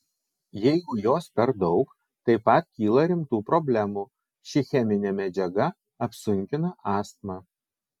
jeigu jos per daug taip pat kyla rimtų problemų ši cheminė medžiaga apsunkina astmą